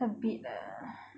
a bit lah